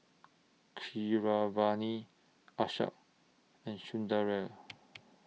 Keeravani Akshay and Sundaraiah